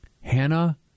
Hannah